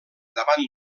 davant